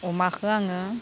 अमाखौ आङो